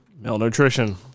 Malnutrition